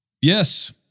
Yes